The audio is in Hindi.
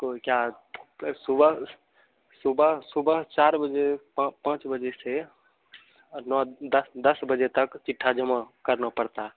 कोई क्या त सुबह सु सुबह सुबह चार बजे पा पाँच बजे से नौ दस दस बजे तक इकट्ठा जमा करना पड़ता है